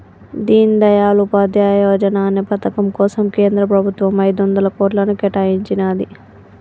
దీన్ దయాళ్ ఉపాధ్యాయ యోజనా అనే పథకం కోసం కేంద్ర ప్రభుత్వం ఐదొందల కోట్లను కేటాయించినాది